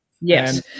Yes